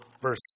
verse